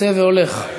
עושה והולך.